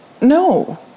no